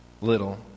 little